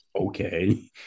Okay